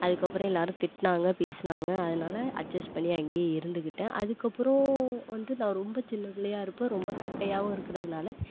அதுக்கப்புறோம் எல்லாரும் திட்டுனாங்க பேசுனாங்க அதனால அட்ஜெஸ்ட் பண்ணி அங்கேயே இருந்துக்கிட்டேன் அதுக்கப்புறோம் வந்து நான் ரொம்ப சின்ன பிள்ளையாக இருப்பேன் ரொம்ப கட்டையாகவும் இருக்கிறதுனால